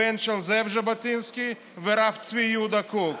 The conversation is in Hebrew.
הבן של זאב ז'בוטינסקי, והרב צבי יהודה קוק.